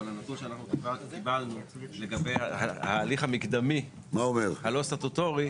אבל הנתון שאנחנו קיבלנו על ההליך המקדמי הלא סטטוטורי,